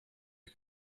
you